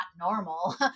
normal